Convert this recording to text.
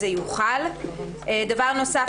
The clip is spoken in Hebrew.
דבר נוסף,